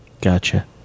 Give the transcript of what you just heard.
Gotcha